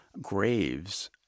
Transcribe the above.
graves